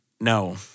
No